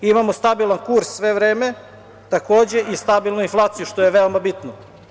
Imamo stabilan kurs sve vreme, takođe i stabilnu inflaciju, što je veoma bitno.